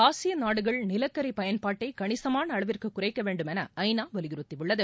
ஆசிய நாடுகள் நிலக்கரி பயன்பாட்டை கணிசமான அளவிற்கு குறைக்க வேண்டும் என ஐ நா வலியுறுத்தியுள்ளது